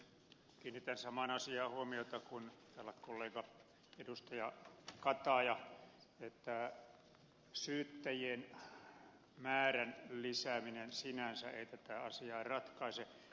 kiinnitän samaan asiaan huomiota kuin täällä kollegaedustaja kataja että syyttäjien määrän lisääminen sinänsä ei tätä asiaa ratkaise